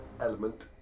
Element